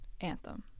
anthem